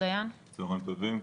צהריים טובים,